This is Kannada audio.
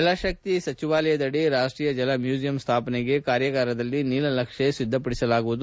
ಜಲಶಕ್ತಿ ಸಚಿವಾಲಯದಡಿ ರಾಷ್ಟೀಯ ಜಲ ಮ್ಯೂಸಿಯಂ ಸ್ವಾಪನೆಗೆ ಕಾರ್ಯಾಗಾರದಲ್ಲಿ ನೀಲನಕ್ಷೆ ಸಿದ್ದಪಡಿಸಲಾಗುವುದು